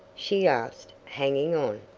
she asked, hanging on.